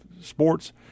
sports